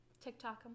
TikTok